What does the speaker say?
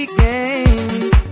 games